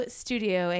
studio